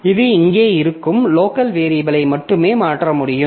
இது இங்கே இருக்கும் லோக்கல் வேரியபிலை மட்டுமே மாற்ற முடியும்